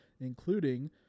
including